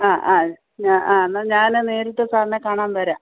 ആ ആ ആ എന്നാൽ ഞാൻ നേരിട്ട് സാറിനെ കാണാൻ വരാം